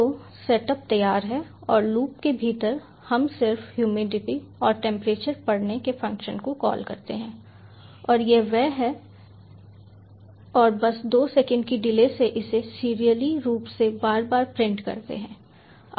तो सेटअप तैयार है और लूप के भीतर हम सिर्फ ह्यूमिडिटी और टेंपरेचर पढ़ने के फंक्शन को कॉल करते हैं और यह वह है और बस दो सेकंड की डिले से इसे सीरियली रूप से बार बार प्रिंट करते हैं